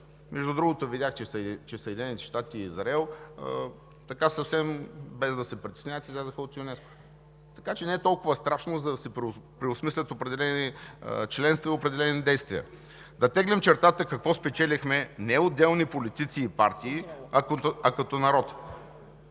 Между другото, видяхте, че Съединените щати и Израел, съвсем без да се притесняват, излязоха от ЮНЕСКО. Така че не е толкова страшно да се преосмислят определени членства и определени действия. Да теглим чертата какво спечелихме не отделни политици и партии, а като народ,